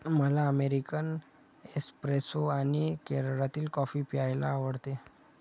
मला American espresso आणि केरळातील कॉफी प्यायला आवडते